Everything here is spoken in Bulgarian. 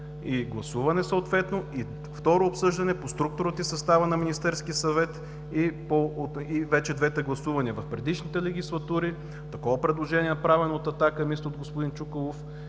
и гласуване съответно, и второ, обсъждане по структурата и състава на Министерския съвет и вече двете гласувания. В предишните легислатури такова предложение е направено от Атака, мисля от господин Чуколов,